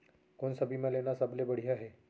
कोन स बीमा लेना सबले बढ़िया हे?